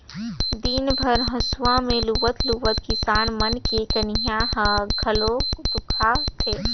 दिन भर हंसुआ में लुवत लुवत किसान मन के कनिहा ह घलो दुखा थे